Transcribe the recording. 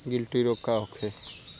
गिलटी रोग का होखे?